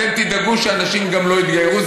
אתם תדאגו שאנשים גם לא יתגיירו.